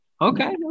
Okay